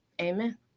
Amen